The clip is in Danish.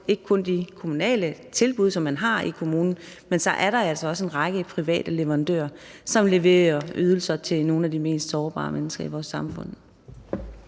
til de kommunale tilbud, som man har i kommunen, men også i forhold til at der altså er en række private leverandører, der leverer ydelser til nogle af de mest sårbare mennesker i vores samfund.